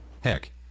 Heck